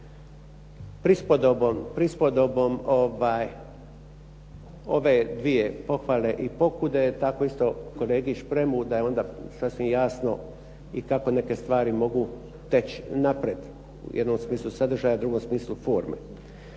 Prispodobom, ove dvije pohvale i pokude, tako isto kolegi Špremu da je onda sasvim jasno i kako neke stvari mogu teći naprijed u jednom smislu sadržaja, u drugom smislu forme.